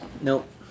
Nope